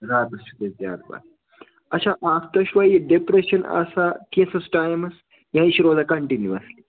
راتَس چھُ تۄہہِ زیادٕ پَہن اَچھا اَکھ تُہۍ چھُوا یہِ ڈِپرٛشَن آسان کینٛژس ٹایمَس یا یہِ چھِ روزان کَنٹِنیٛوَٗسلی